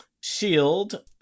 Shield